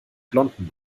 blonden